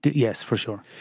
yes, for sure.